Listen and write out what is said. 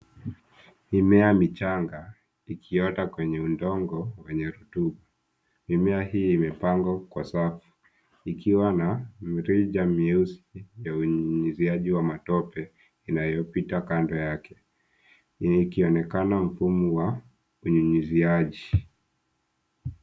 Mimea michanga ikiota kwenye udongo wenye rutuba. Mimea hii imepangwa kwa safu ikiwa na mirija mieusi ya unyunyizaji wa matope inayopita kando yake hii ikonekana mfumo wa unyunyizaji.